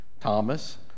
Thomas